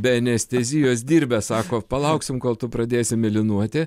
be anestezijos dirbę sako palauksim kol tu pradėsi mėlynuoti